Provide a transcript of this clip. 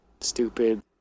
stupid